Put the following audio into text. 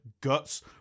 guts